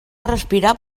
respirar